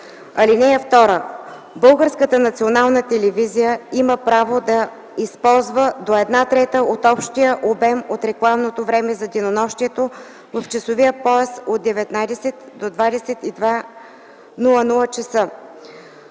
час. (2) Българската национална телевизия има право да използва до една трета от общия обем на рекламното време за денонощието в часовия пояс от 19,00 до 22,00 ч.